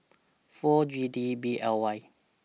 four G D B L Y